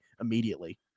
immediately